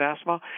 asthma